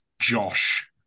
Josh